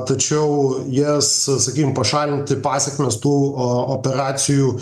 tačiau jas sakykim pašalinti pasekmes tų a operacijų